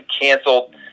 canceled